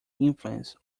influence